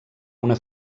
una